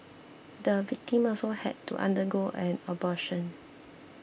the victim also had to undergo an abortion